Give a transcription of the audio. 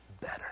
better